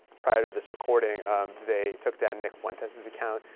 prior to this recording they took down nick fuentes's account.